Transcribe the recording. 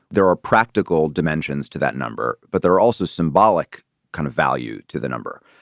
there are practical dimensions to that number, but there are also symbolic kind of value to the number.